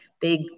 big